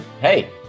Hey